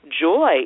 joy